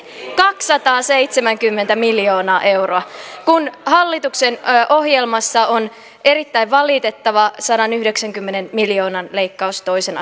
kaksisataaseitsemänkymmentä miljoonaa euroa kun hallituksen ohjelmassa on erittäin valitettava sadanyhdeksänkymmenen miljoonan leikkaus toisen